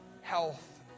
health